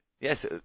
Yes